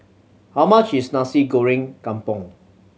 how much is Nasi Goreng Kampung